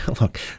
look